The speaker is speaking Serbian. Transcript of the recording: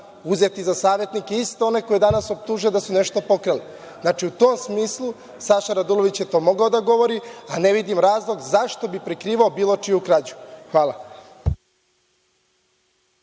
uzeti za savetnike iste one koje danas optužuje da su nešto pokrali. Znači, u tom smislu Saša Radulović je to mogao da govori, a ne vidim razlog zašto bi prikrivao bilo čiju krađu. Hvala.